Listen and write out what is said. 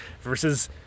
versus